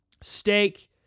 Steak